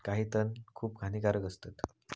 काही तण खूप हानिकारक असतत